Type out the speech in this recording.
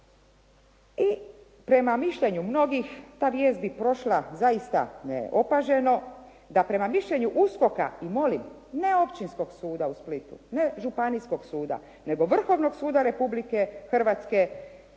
I prema mišljenju mnogih ta vijest bi prošla zaista neopaženo da prema mišljenju USKOK-a i molim ne Općinskog suda u Splitu, ne Županijskog suda nego Vrhovnog suda Republike Hrvatske